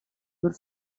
were